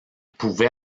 pouvait